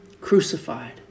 Crucified